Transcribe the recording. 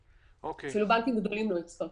אפילו בנקים גדולים לא יצטרפו.